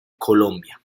colombia